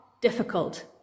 difficult